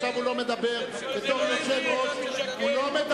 עכשיו הוא לא מדבר בתור יושב-ראש, הוא משקר.